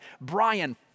Brian